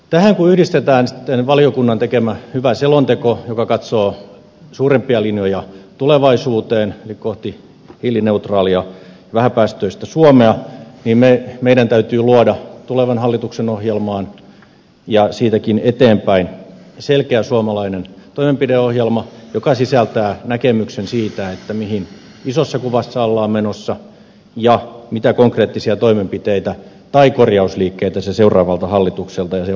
tähän kun yhdistetään sitten valiokunnan tekemä hyvä mietintö joka katsoo suurempia linjoja tulevaisuuteen eli kohti hiilineutraalia vähäpäästöistä suomea niin meidän täytyy luoda tulevan hallituksen ohjelmaan ja siitäkin eteenpäin selkeä suomalainen toimenpideohjelma joka sisältää näkemyksen siitä mihin isossa kuvassa ollaan menossa ja mitä konkreettisia toimenpiteitä tai korjausliikkeitä se seuraavalta hallitukselta ja sen ohjelmalta vaatii